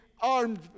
armed